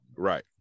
Right